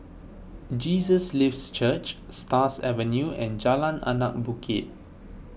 Jesus Lives Church Stars Avenue and Jalan Anak Bukit